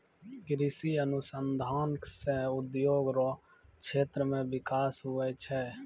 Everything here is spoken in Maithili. कृषि अनुसंधान से उद्योग रो क्षेत्र मे बिकास हुवै छै